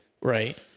Right